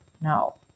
No